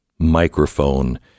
microphone